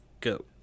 go